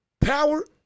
power